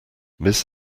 miss